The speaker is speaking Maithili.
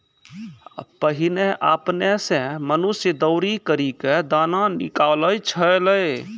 पहिने आपने सें मनुष्य दौरी करि क दाना निकालै छलै